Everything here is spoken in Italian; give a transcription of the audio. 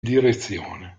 direzione